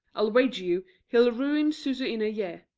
i'll wager you he'll ruin zuzu in a year.